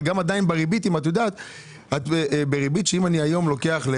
אבל עדיין בריבית שאני לוקח היום,